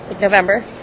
November